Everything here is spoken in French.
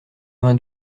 vingt